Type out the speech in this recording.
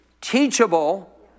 teachable